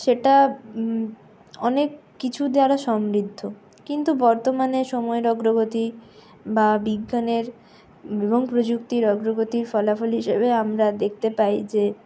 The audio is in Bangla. সেটা অনেক কিছু দ্বারা সমৃদ্ধ কিন্তু বর্তমানে সময়ের অগ্রগতি বা বিজ্ঞানের এবং প্রযুক্তির অগ্রগতির ফলাফল হিসাবে আমরা দেখতে পাই যে